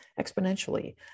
exponentially